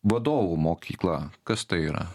vadovų mokykla kas tai yra